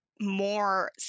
more